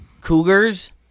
Cougars